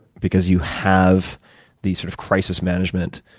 because you have these sort of crisis management,